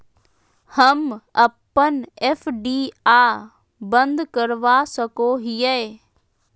हम अप्पन एफ.डी आ बंद करवा सको हियै